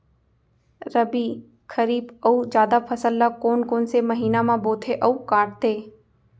रबि, खरीफ अऊ जादा फसल ल कोन कोन से महीना म बोथे अऊ काटते?